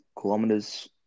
kilometers